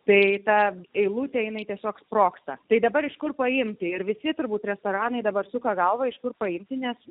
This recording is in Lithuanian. bei tą eilutę jinai tiesiog sprogsta tai dabar iš kur paimti ir visi turbūt restoranai dabar suka galvą iš kur paimti nes